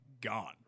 gone